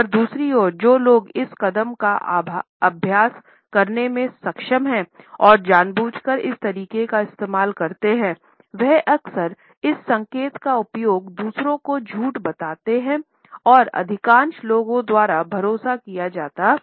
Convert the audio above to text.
पर दूसरी ओर जो लोग इस कदम का अभ्यास करने में सक्षम हैं और जानबूझकर इस तरीके का इस्तेमाल करते हैं वो अक्सर इस संकेत का उपयोग दूसरों को झूठ बताते हैं और अधिकांश लोगों द्वारा भरोसा किया जाता हैं